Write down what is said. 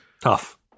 Tough